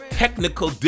technical